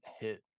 hit